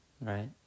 right